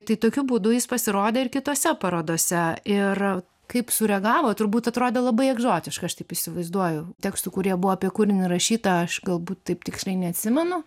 tai tokiu būdu jis pasirodė ir kitose parodose ir kaip sureagavo turbūt atrodė labai egzotiška aš taip įsivaizduoju tekstų kurie buvo apie kūrinį rašyta aš galbūt taip tiksliai neatsimenu